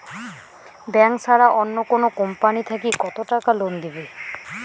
Bank ছাড়া অন্য কোনো কোম্পানি থাকি কত টাকা লোন দিবে?